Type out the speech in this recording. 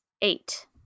Eight